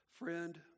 Friend